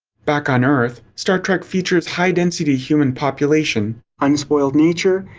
back on earth, star trek features high density human population, unspoiled nature,